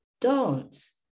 dance